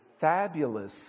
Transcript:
fabulous